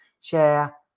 share